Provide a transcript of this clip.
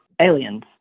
aliens